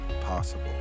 possible